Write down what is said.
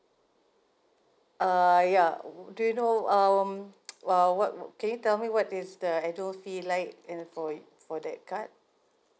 uh ya do you know um uh what can you tell me what is the annual fee like and for for that card